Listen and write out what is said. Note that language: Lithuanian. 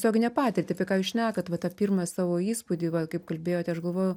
tiesioginę patirtį apie ką jūs šnekat va tą pirmą savo įspūdį va kaip kalbėjote aš galvoju